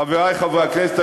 חברי חברי הכנסת,